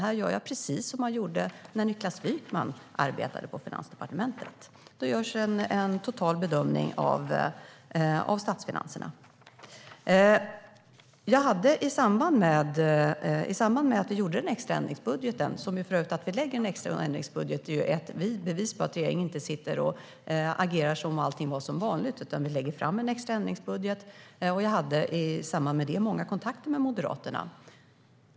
Jag gör, precis som man gjorde när Niklas Wykman arbetade på Finansdepartementet, en total bedömning av statsfinanserna. Att vi lagt fram en extra ändringsbudget är ju ett bevis på att regeringen inte agerar som om allting var som vanligt. I samband med att vi lade fram ändringsbudgeten hade jag många kontakter med Moderaterna.